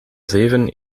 zeven